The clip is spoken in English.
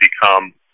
become